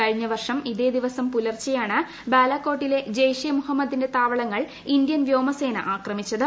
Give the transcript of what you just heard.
കഴിഞ്ഞ വർഷം ഇതേ ദിവസം പുലർച്ചെയാണ് ബിട്ലർകോട്ടിലെ ജെയ്ഷെ മുഹമ്മദിന്റെ താവളങ്ങൾ ഇന്ത്യൻ വ്യൂട്ടുസേന ആക്രമിച്ചത്